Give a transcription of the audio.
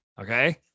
okay